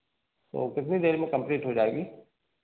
तो कितनी देर में कम्पलीट हो जाएगी